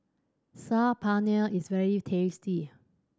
Saag Paneer is very tasty